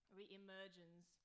re-emergence